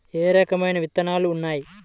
ఏ రకమైన విత్తనాలు ఉన్నాయి?